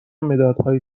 مدادهایی